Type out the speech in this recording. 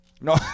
No